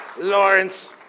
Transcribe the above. Lawrence